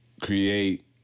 Create